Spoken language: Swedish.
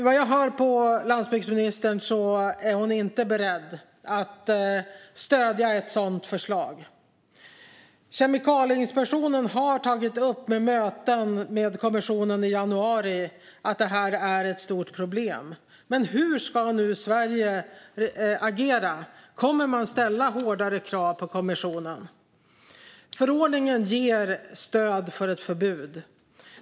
Vad jag hör från landsbygdsministern är att hon inte är beredd att stödja ett sådant förslag. Kemikalieinspektionen har tagit upp vid möten med kommissionen i januari att det här är ett stort problem. Men hur ska nu Sverige agera? Kommer man att ställa hårdare krav på kommissionen? Förordningen ger stöd för ett förbud.